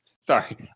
sorry